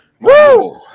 Woo